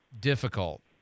difficult